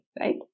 right